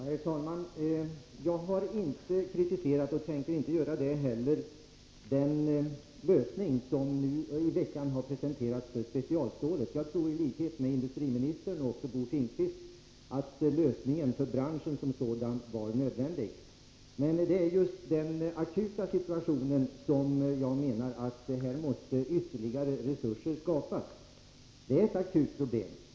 Herr talman! Jag har inte kritiserat den lösning som nu i veckan har presenterats för specialstålet, och jag tänker inte heller göra det. Jag tror i likhet med industriministern och Bo Finnkvist att den lösningen var nödvändig för branschen som sådan. Men beträffande den akuta situationen menar jag att ytterligare resurser måste skapas. Det är ett akut problem.